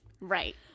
Right